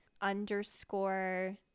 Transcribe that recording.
underscore